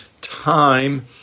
time